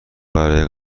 برای